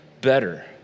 better